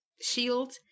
shield